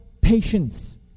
patience